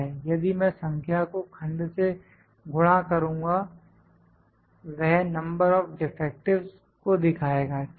यदि मैं संख्या को खंड से गुना करुंगा वह नंबर ऑफ डिफेक्टिवस् को दिखाएगा ठीक है